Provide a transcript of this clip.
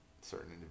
certain